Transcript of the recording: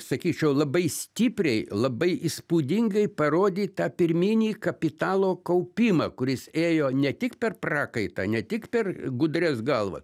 sakyčiau labai stipriai labai įspūdingai parodyt tą pirminį kapitalo kaupimą kuris ėjo ne tik per prakaitą ne tik per gudrias galvą